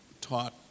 taught